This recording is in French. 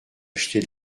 acheter